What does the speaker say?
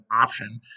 option